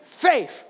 faith